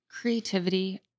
creativity